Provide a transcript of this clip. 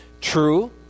true